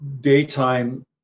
daytime